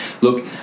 look